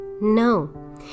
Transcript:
No